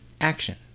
action